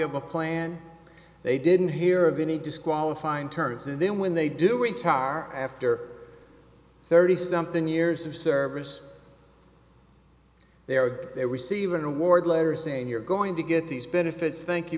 of a plan they didn't hear of any disqualifying terms and then when they do in tar after thirty something years of service they are owed they receive an award letter saying you're going to get these benefits thank you